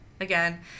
Again